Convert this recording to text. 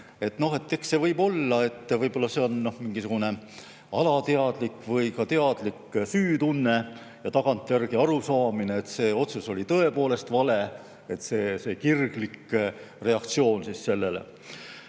tohutult üles. Noh, võib-olla see on mingisugune alateadlik või ka teadlik süütunne ja tagantjärgi arusaamine, et see otsus oli tõepoolest vale, ja see on kirglik reaktsioon sellele.